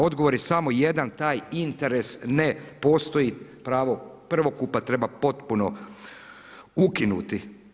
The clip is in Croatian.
Odgovor je samo jedan, taj interes ne postoji, pravo prvokupa treba potpuno ukinuti.